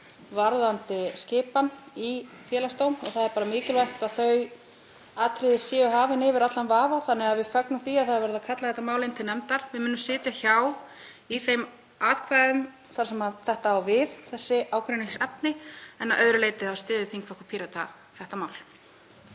varðandi skipan í Félagsdóm. Það er mikilvægt að þau atriði séu hafin yfir allan vafa þannig að við fögnum því að verið sé að kalla þetta mál inn til nefndar. Við munum sitja hjá í þeim atkvæðum þar sem þetta á við, þessi ágreiningsefni, en að öðru leyti styður þingflokkur Pírata þetta mál.